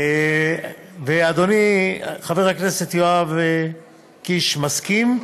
אדוני חבר הכנסת יואב קיש, מסכים?